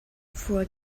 for